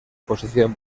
posición